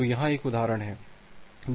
तो यहाँ एक उदाहरण है